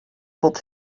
put